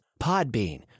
Podbean